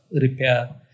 repair